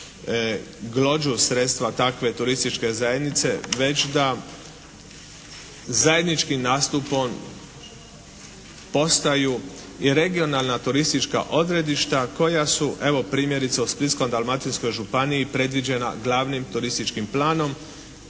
glođu sredstva takve turističke zajednice već da zajedničkim nastupom postaju i regionalna turistička odredišta koja su evo primjerice u Splitsko-Dalmatinskoj županiji predviđena glavnim turističkim planom.